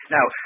Now